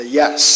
yes